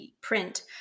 print